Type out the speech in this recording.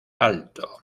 alto